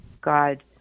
God